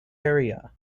area